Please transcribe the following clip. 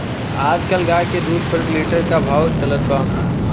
आज कल गाय के दूध प्रति लीटर का भाव चलत बा?